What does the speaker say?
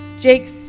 jake's